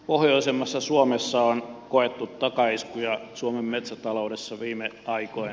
pohjoisemmassa suomessa on koettu takaiskuja suomen metsätaloudessa viime aikoina